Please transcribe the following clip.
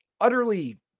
utterly